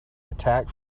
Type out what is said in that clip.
attack